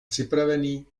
připravený